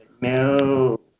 No